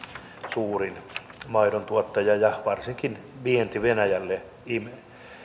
suurimmista maidontuottajista ja varsinkin vienti venäjälle imee minä